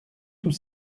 tout